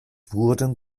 wurden